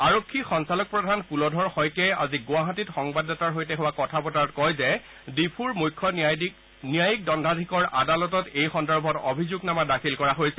আৰক্ষী সঞ্চালকপ্ৰধান কুলধৰ শইকীয়াই আজি গুৱাহাটীত সংবাদদাতাৰ সৈতে হোৱা কথা বতৰাত কয় যে ডিফুৰ মূখ্য ন্যায়িক দণ্ডাধীশৰ আদালতত এই সন্দৰ্ভত অভিযোগনামা দাখিল কৰা হৈছে